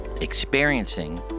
experiencing